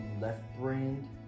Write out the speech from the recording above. left-brained